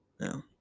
No